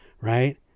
right